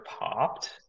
popped